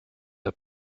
der